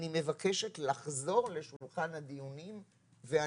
אני מבקשת לחזור לשולחן הדיונים ואני,